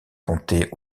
comptait